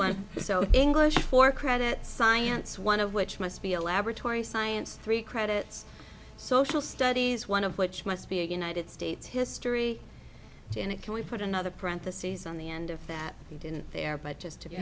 one so english for credit science one of which must be a laboratory science three credits social studies one of which must be a united states history and it can we put another parentheses on the end of that we didn't there but just to